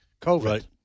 COVID